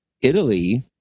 Italy